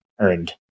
earned